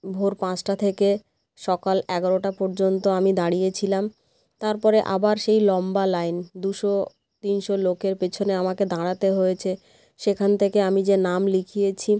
ভোর পাঁচটা থেকে সকাল এগারোটা পর্যন্ত আমি দাঁড়িয়েছিলাম তারপরে আবার সেই লম্বা লাইন দুশো তিনশো লোকের পেছনে আমাকে দাঁড়াতে হয়েছে সেখান থেকে আমি যে নাম লিখিয়েছি